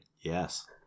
Yes